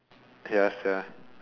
ya sia